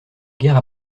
guerre